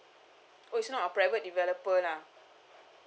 oh it's not a private developer lah